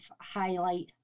highlight